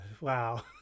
Wow